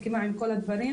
מסכימה עם כל הדברים.